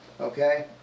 okay